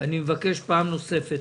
ומבקש פעם נוספת.